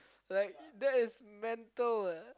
like that is mental leh